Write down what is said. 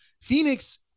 Phoenix